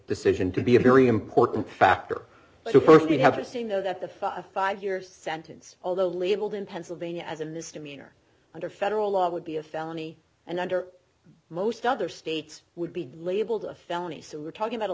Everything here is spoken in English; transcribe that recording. decision to be a very important factor so st you have to say no that the five a five year sentence although labeled in pennsylvania as a misdemeanor under federal law would be a felony and under most other states would be labeled a felony so we're talking about a